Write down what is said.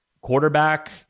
Quarterback